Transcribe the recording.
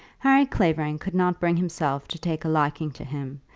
harry clavering could not bring himself to take a liking to him,